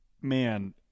man